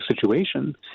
situation